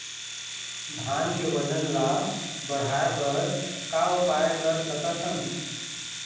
धान के वजन ला बढ़ाएं बर का उपाय कर सकथन?